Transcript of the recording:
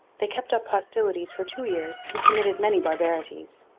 they kept up hostilities for two years and committed many barbarities.